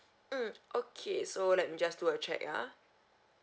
mm okay so let me just do a check ya